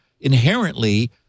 inherently